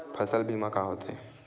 फसल बीमा का होथे?